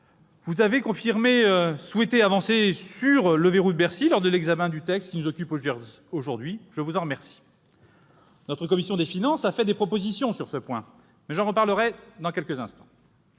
Vous avez souhaité avancer sur le « verrou de Bercy » lors de l'examen du texte qui nous occupe aujourd'hui, je vous en remercie. Notre commission des finances a fait des propositions sur ce point, j'y reviendrai dans quelques instants.